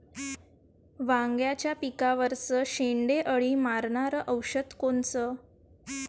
वांग्याच्या पिकावरचं शेंडे अळी मारनारं औषध कोनचं?